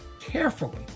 carefully